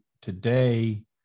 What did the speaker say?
today